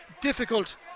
difficult